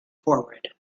forward